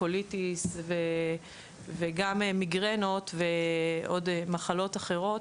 קוליטיס וגם מיגרנות ועוד מחלות אחרות